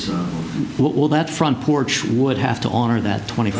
see what will that front porch would have to honor that twenty